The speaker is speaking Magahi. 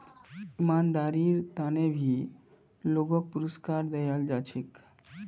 ईमानदारीर त न भी लोगक पुरुस्कार दयाल जा छेक